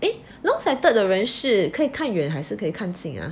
eh long sighted 的人是可以看远还是可以看近 ah